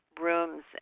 rooms